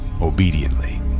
obediently